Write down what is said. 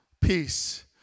peace